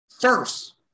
First